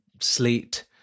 sleet